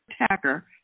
attacker